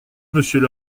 monsieur